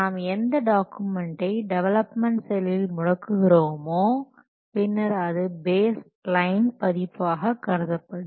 நாம் எந்த டாக்குமெண்டை டெவலப்மென்ட் செயலில் முடக்குகிரோமோ பின்னர் அது பேஸ் லைன் பதிப்பாக கருதப்படும்